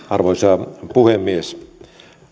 arvoisa puhemies